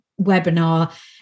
webinar